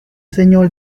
señor